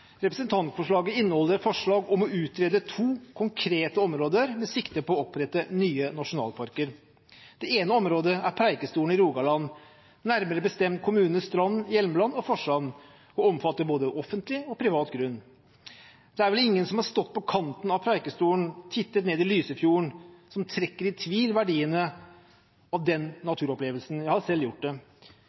Representantforslaget inneholder forslag om å utrede to konkrete områder med sikte på å opprette nye nasjonalparker. Det ene området er Preikestolen i Rogaland, nærmere bestemt kommunene Strand, Hjelmeland og Forsand, og omfatter både offentlig og privat grunn. Det er vel ingen som har stått på kanten av Preikestolen og tittet ned i Lysefjorden som trekker i tvil verdiene av den naturopplevelsen. Jeg har selv gjort det.